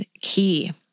key